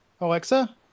Alexa